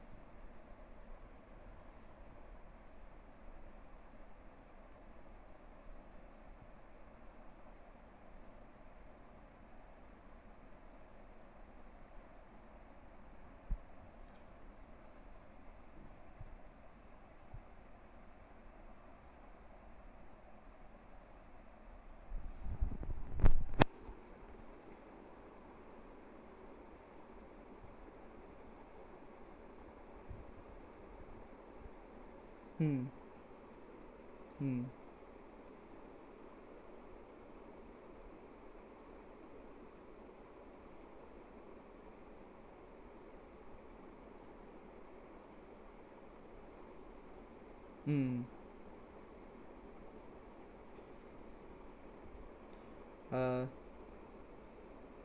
mm mm mm uh